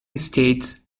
states